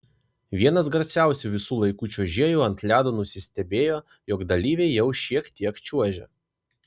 vienas garsiausių visų laikų čiuožėjų ant ledo nusistebėjo jog dalyviai jau šiek tiek čiuožia